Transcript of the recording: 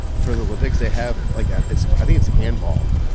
for the olympics they have like ah it's i think it's handball,